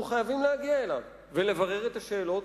חייבים להגיע אליו ולבירור השאלות.